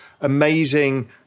amazing